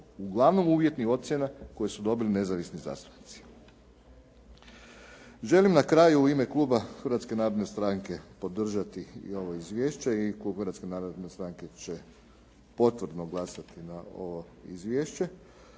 uglavnom uvjetnih ocjena koje su dobili nezavisni zastupnici. Želim na kraju u ime kluba Hrvatske narodne stranke podržati i ovo izvješće i klub Hrvatske narodne stranke će potvrdno glasati na ovo izvješće.